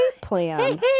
plan